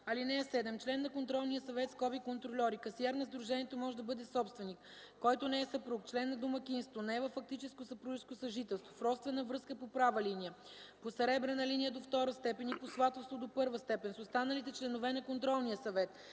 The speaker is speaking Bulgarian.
„(7) Член на контролния съвет (контрольор) и касиер на сдружението може да бъде собственик, който не е съпруг, член на домакинството, не е във фактическо съпружеско съжителство, в родствена връзка по права линия, по съребрена линия до втора степен и по сватовство до първа степен с останалите членове на контролния съвет,